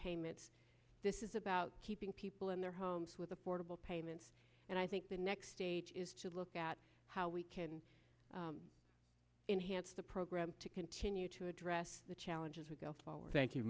payments this is about keeping people in their homes with affordable payments and i think the next stage is to look at how we can enhance the program to continue to address the challenges we go forward thank